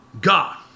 God